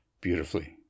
beautifully